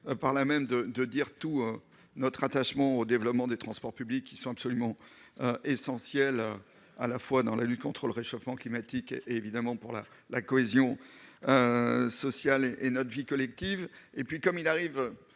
il s'agit de dire tout notre attachement au développement des transports publics, qui sont absolument essentiels, à la fois dans la lutte contre le réchauffement climatique et pour la cohésion sociale et notre vie collective. Il arrive